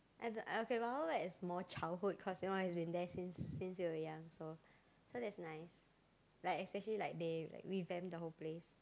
as in uh okay Wild-Wild-Wet is more childhood cause you know it's been there since since we were young so so that's nice like especially like they like revamped the whole place